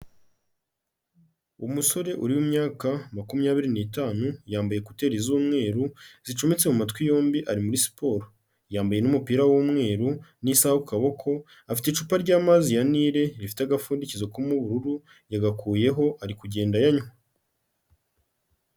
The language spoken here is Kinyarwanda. Umusore uri w myaka makumyabiri n'itanu, yambaye ekuteri z'umweru, zicometse mu matwi yombi ari muri siporo. Yambaye n'umupira w'umweru n'isaha ku kaboko, afite icupa ry'amazi ya nile rifite agafundikizo k'ubururu yagakuyeho ari kugenda ayanywa.